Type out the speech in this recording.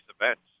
events